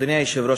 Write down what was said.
אדוני היושב-ראש,